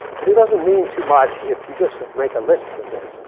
but it doesn't mean too much if you just make a list of this.